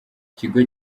ikigo